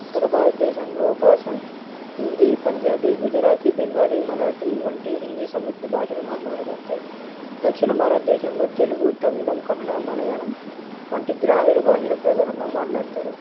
ఉత్తర భారతదేశంలో భాష హిందీ పంజాబీ గుజరాతి బెంగాలీ మరాఠీ వంటి హిందీ సంబంధిత భాషలు మాట్లాడబడతాయి దక్షిణ భారతదేశంలో తెలుగు తమిళం కన్నడ మలయాళం వంటి ద్రావిడ భాషలు ప్రధానంగా మాట్లాడతారు